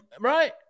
right